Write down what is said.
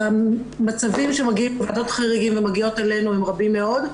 מצבים שמגיעים לוועדת חריגים אלינו הם רבים מאוד.